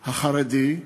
החרדי,